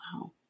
Wow